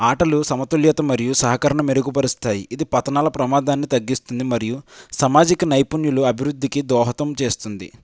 ఆటలు సమతుల్యత మరియు సహకరణ మెరుగుపరుస్తాయి ఇది పతనాల ప్రమాదాన్ని తగ్గిస్తుంది మరియు సమాజిక నైపుణ్యులు అభివృద్ధికి దోహదం చేస్తుంది